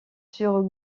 sur